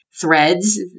threads